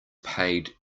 paid